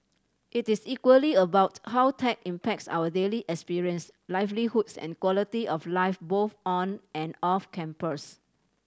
it is equally about how tech impacts our daily experience livelihoods and quality of life both on and off campus